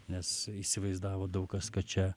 nes įsivaizdavo daug kas kad čia